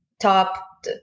top